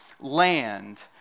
land